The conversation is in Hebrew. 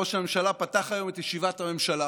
ראש הממשלה פתח היום את ישיבת הממשלה